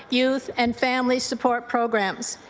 youth and family support programs.